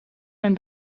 mijn